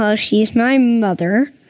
um she's my mother